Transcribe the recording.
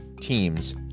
teams